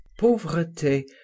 pauvreté